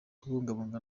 kubungabunga